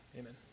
amen